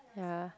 ya